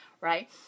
right